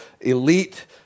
elite